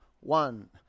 one